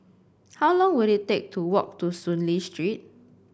how long will it take to walk to Soon Lee Street